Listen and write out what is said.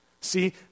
See